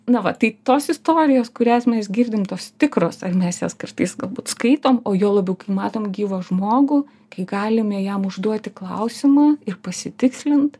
na va tai tos istorijos kurias mes girdim tos tikros ar mes jas kartais galbūt skaitom o juo labiau kai matom gyvą žmogų kai galime jam užduoti klausimą ir pasitikslint